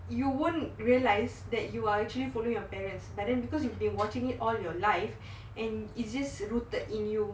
you wouldn't realise that you actually following your parents but then because if they watching it all your life and is this rooted in you